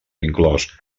inclòs